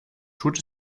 tut